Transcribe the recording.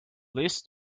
list